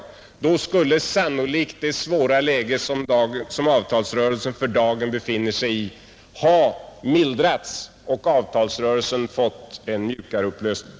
Då skulle sannolikt det svåra läge som avtalsrörelsen för dagen befinner sig i ha mildrats och avtalsrörelsen ha fått en mjukare upplösning.